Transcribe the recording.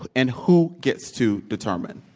and who gets to determine?